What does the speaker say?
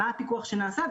מה הפיקוח שנעשה.